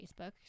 Facebook